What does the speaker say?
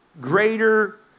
greater